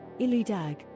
Iludag